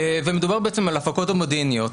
מדובר על ההפקות המודיעיניות.